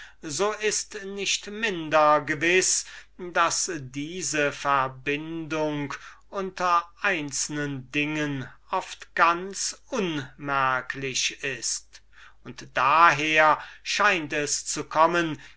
so ist nicht minder gewiß daß diese verbindung unter einzelnen dingen oft ganz unmerklich ist und daher scheint es zu kommen